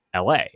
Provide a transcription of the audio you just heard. LA